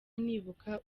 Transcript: nibuka